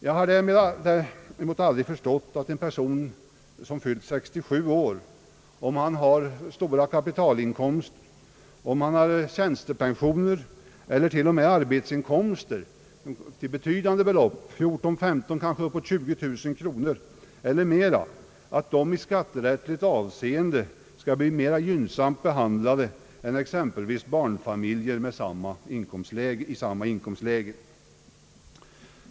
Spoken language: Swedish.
Jag har däremot aldrig förstått, att en person som fyllt 67 år och har stora kapitalinkomster eller kanske tjänstepension eller t.o.m. arbetsinkomster till betydande belopp, 15000 eller 20000 kronor eller kanske mera, skall i skatterättsligt avseende bli mera gynnsamt behandlad än exempelvis barnfamiljer i samma inkomstläge.